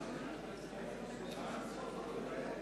חברי חברי הכנסת, אנחנו ממשיכים בסדר-היום